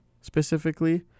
specifically